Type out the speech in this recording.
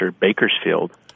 Bakersfield